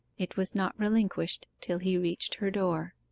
it was not relinquished till he reached her door.